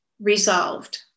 resolved